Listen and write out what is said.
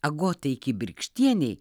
agotai kibirkštienei